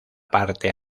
parte